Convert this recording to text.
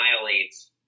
annihilates